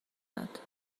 داد